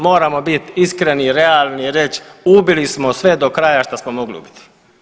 Moramo biti iskreni, realni reći ubili smo sve do kraja što smo mogli ubiti.